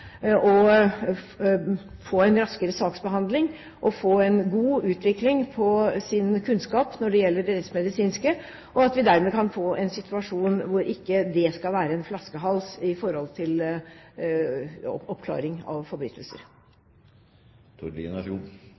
å få en raskere saksbehandling og få en god utvikling på sin kunnskap når det gjelder det rettsmedisinske, og at vi dermed kan få en situasjon hvor ikke det skal være en flaskehals ved oppklaring av forbrytelser. Jeg må jo for så